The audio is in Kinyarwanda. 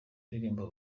indirimbo